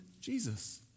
Jesus